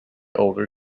older